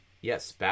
Yes